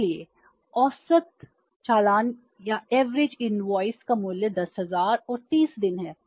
इसलिए औसत चालान 30 है